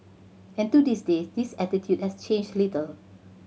and to this day this attitude has changed little